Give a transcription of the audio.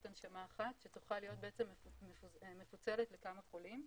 הנשמה אחת שתוכל להיות מפוצלת לכמה חולים.